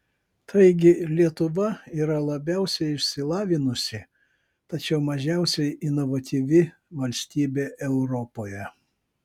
taigi lietuva yra labiausiai išsilavinusi tačiau mažiausiai inovatyvi valstybė europoje